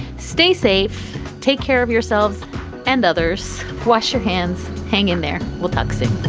stay safe. take care of yourselves and others. wash your hands. hang in there. we'll talk soon